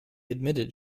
admitted